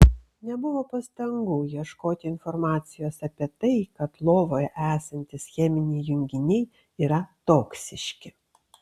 nebuvo pastangų ieškoti informacijos apie tai kad lovoje esantys cheminiai junginiai yra toksiški